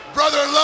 Brother